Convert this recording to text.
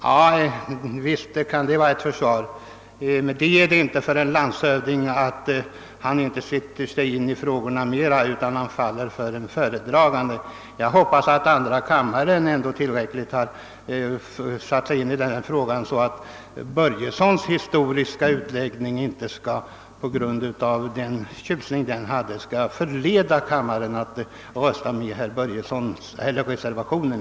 Ja, visst kan det vara en förklaring, men det är inte försvarligt att en landshövding inte bättre sätter sig in i frågorna än att han faller för den som föredrar dem. Jag hoppas att andra kammaren tillräckligt satt sig in i denna fråga, så att herr Börjessons historiska utläggning inte kommer att förleda ledamöterna att rösta för reservationen.